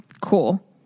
cool